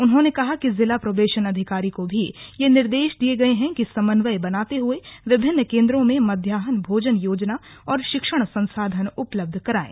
उन्होंने कहा कि जिला प्रोबेशन अधिकारी को भी यह निर्देश दिये गये हैं कि समन्वय बनाते हुए विभिन्न केंद्रों में मध्यान्ह भोजन योजना और शिक्षण संसाधन उपलब्ध करायें